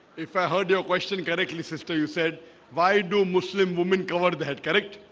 if i heard your question correctly sister, you said why do muslim women covered the head correct?